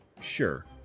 Sure